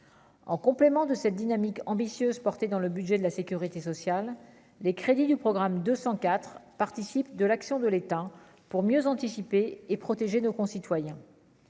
en complément de cette dynamique, ambitieuse dans le budget de la Sécurité sociale, les crédits du programme 204 participe de l'action de l'État pour mieux anticiper et protéger nos concitoyens.